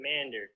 commander